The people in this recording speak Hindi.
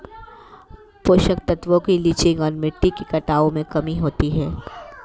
पोषक तत्वों की लीचिंग और मिट्टी के कटाव में कमी होती है